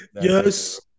Yes